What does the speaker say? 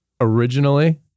Originally